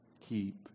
keep